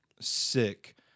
sick